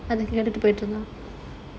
அதுக்கு போய்ட்ருக்கலாம்:adhuku poitrukalaam